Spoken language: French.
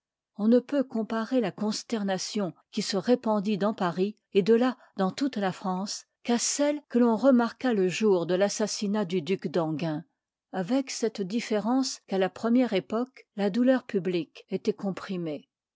on ne peut comparer la consternation qui se répandit dans paris j et de là dans toute la france qu'à celle qnç l'on remarqua le jour de l'assassinat du duç d'enghienj avec cette différence qu'à la première époque la douleur publique étoit comprimée